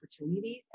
opportunities